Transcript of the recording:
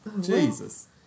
Jesus